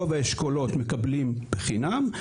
רוב האשכולות מקבלים חינם,